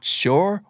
sure